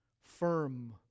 firm